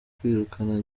kwirukana